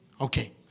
Okay